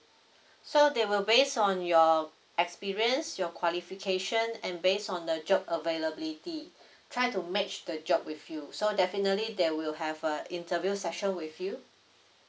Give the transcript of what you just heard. so they will based on your experience your qualification and based on the job availability try to match the job with you so definitely they will have uh interview session with you